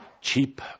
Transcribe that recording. cheap